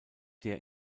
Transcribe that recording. der